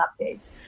updates